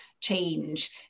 change